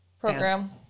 program